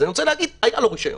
אז אני רוצה להגיד שהיה לו רישיון.